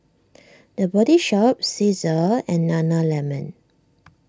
the Body Shop Cesar and Nana Lemon